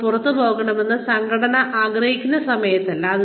നിങ്ങൾ പുറത്തുപോകണമെന്ന് സംഘടന ആഗ്രഹിക്കുന്ന സമയത്തല്ല